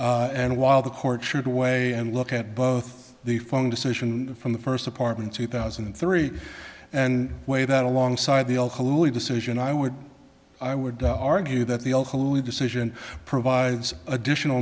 and while the court should weigh and look at both the phone decision from the first apartment two thousand and three and way that alongside the decision i would i would argue that the decision provides additional